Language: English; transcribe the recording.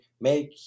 make